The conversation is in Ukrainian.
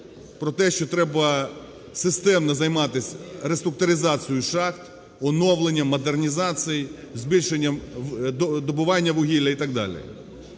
про те, що треба системно займатися реструктуризацією шахт, оновленням, модернізацією, збільшенням добування вугілля і так далі.